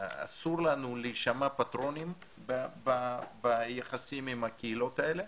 אסור לנו להישמע פטרונים ביחסים עם הקהילות האלה,